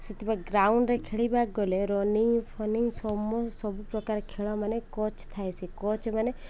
ସେଥିପ ଗ୍ରାଉଣ୍ଡରେ ଖେଳିବାକୁ ଗଲେ ରନିଙ୍ଗ ଫନିଙ୍ଗ ସମ ସବୁପ୍ରକାର ଖେଳମାନ କୋଚ୍ ଥାଏ ସେ କୋଚମାନେ